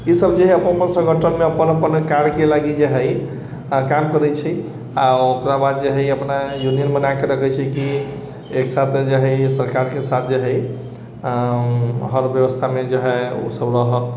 इसब जे है अपन अपन संगठन मे अपन अपन कार्य के लागी जे है काम करै छै आ ओकरा बाद जे है अपना यूनियन बनाके रखै छै की एक साथ जे है सरकार के साथ जे है हर व्यवस्था मे जे है उसब रहत